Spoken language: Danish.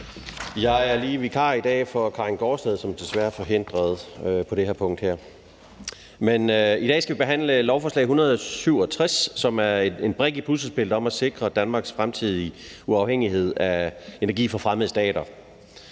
det her punkt for fru Karin Gaardsted, som desværre er forhindret. Men i dag skal vi behandle 167, som er en brik i puslespillet om at sikre Danmarks fremtidige uafhængighed af energi fra fremmede stater.